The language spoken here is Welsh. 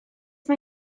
mae